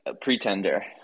pretender